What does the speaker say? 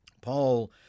Paul